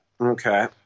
Okay